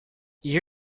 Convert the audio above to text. you